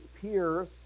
peers